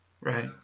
right